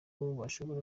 bashobora